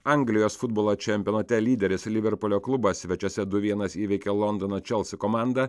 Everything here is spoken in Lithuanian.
anglijos futbolo čempionate lyderis liverpulio klubas svečiuose du vienas įveikė londono chelsea komandą